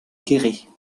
guéret